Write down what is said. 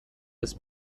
des